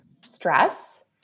stress